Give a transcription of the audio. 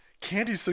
Candy